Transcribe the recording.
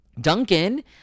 Duncan